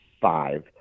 five